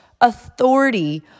authority